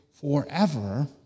forever